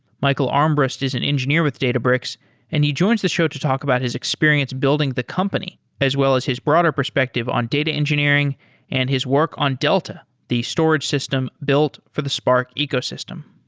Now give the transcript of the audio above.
michael armburst is an engineer with databricks and he joins the show to talk about his experience building the company as well as his broader perspective on data engineering and his work on delta, the storage system built for the spark ecosystem.